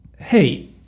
hey